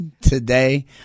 today